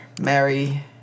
Mary